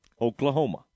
Oklahoma